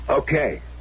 Okay